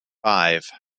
five